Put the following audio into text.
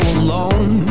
alone